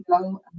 go